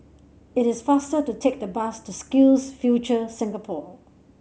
it is faster to take the bus to SkillsFuture Singapore